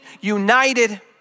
united